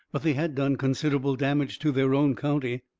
but they had done considerable damage to their own county,